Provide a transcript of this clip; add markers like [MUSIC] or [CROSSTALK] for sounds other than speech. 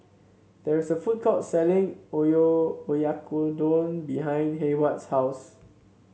there is a food court selling [UNINTELLIGIBLE] Oyakodon behind Heyward's house